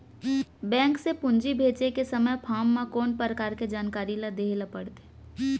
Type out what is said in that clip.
Bank से पूंजी भेजे के समय फॉर्म म कौन परकार के जानकारी ल दे ला पड़थे?